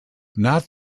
not